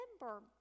remember